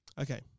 Okay